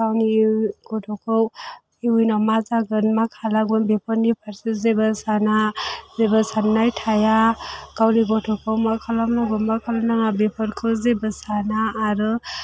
गावनि गथ'खौ इयुनाव मा जागोन मा खालामगोन बेफोरनि फारसे जेबो साना जेबो साननाय थाया गावनि गथ'खौ मा खालामनांगौ मा खालामनाङा बेफोरखौ जेबो साना आरो